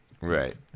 Right